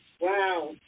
Wow